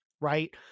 right